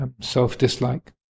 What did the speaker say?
self-dislike